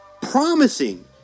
promising